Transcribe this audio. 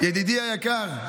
ידידי היקר,